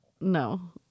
No